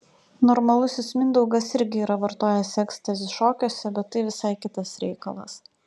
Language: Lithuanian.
normalusis mindaugas irgi yra vartojęs ekstazį šokiuose bet tai visai kitas reikalas